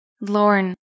Lauren